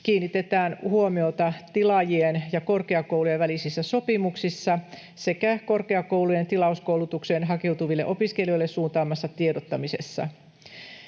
kiinnitetään huomiota tilaajien ja korkeakoulujen välisissä sopimuksissa sekä korkeakoulujen tilauskoulutukseen hakeutuville opiskelijoille suuntaamassa tiedottamisessa.